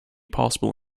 possible